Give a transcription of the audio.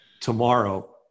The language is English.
tomorrow